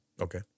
Okay